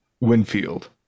winfield